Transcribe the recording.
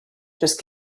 just